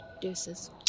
Deuces